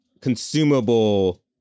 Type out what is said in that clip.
consumable